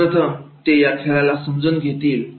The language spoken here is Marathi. सर्वप्रथम ते या खेळाला समजून घेतील